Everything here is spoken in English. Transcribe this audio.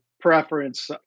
preference